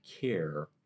care